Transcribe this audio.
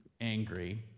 angry